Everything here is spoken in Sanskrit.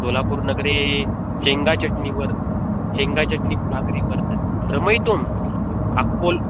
सोलापुरनगरे शेङ्गाचट्नि वर् शेङ्गाचट्नि भाक्रि वर्तते भ्रमयितुम् अक्कोल्